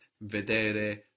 vedere